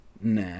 Nah